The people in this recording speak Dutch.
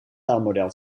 taalmodel